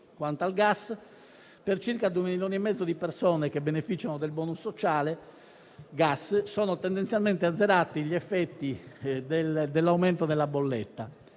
Quanto al gas, per circa 2,5 milioni di persone che beneficiano del *bonus* sociale gas sono tendenzialmente azzerati gli effetti dell'aumento della bolletta.